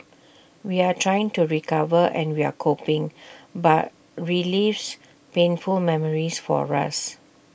we're trying to recover and we're coping but relives painful memories for us